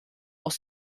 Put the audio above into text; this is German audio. aus